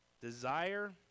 desire